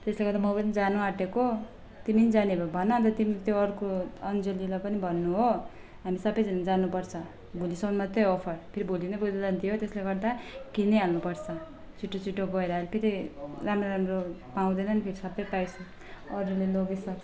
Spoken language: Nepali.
त्यसले गर्दा म पनि जानु आँटेको तिमी पनि जाने भए भन अन्त तिमी त्यो अर्को अञ्जलीलाई पनि भन्नु हो हामी सबैजना जानु पर्छ भोलिसम्म मात्रै हो अफर फेरि भोलि नै बुद्ध जयन्ती हो त्यसले गर्दा किनिहाल्नु पर्छ छिटो छिटो गएर आहिले फेरि राम्रो राम्रो पाउँदैन नि फेरि सबै अरूले लगिसक्छ